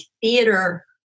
theater